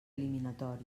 eliminatoris